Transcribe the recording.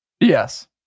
Yes